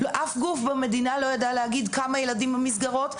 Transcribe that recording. אף גוף במדינה לא ידע להגיד כמה ילדים במסגרות.